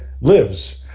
Lives